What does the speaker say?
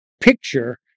picture